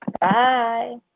bye